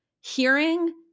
hearing